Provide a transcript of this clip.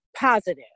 positive